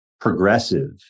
progressive